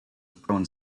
prone